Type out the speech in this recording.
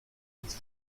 ins